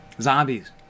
Zombies